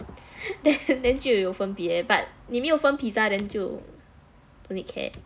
then then 就有分别 but 你没有分 pizza and 就 don't need care